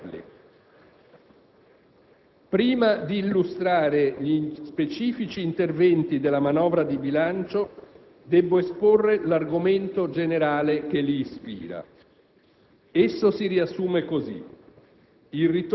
Di questo voglio qui ringraziarli. Prima di illustrare gli specifici interventi della manovra di bilancio, debbo esporre l'argomento generale che li ispira.